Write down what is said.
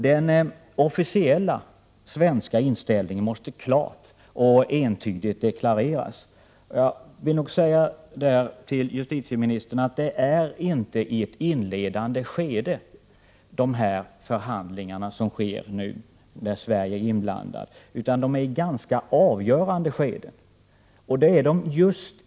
Den officiella svenska inställningen måste klart och entydigt deklareras. Jag vill nog säga till justitieministern att vi inte befinner oss i ett inledande skede. De förhandlingar som sker nu, där Sverige är inblandat, är i ett ganska avgörande skede.